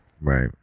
right